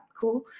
cool